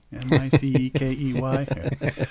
M-I-C-E-K-E-Y